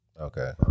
Okay